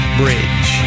bridge